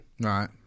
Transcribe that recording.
Right